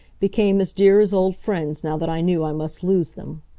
became as dear as old friends, now that i knew i must lose them.